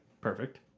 Perfect